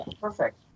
perfect